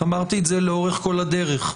אמרתי את זה לאורך כל דרך,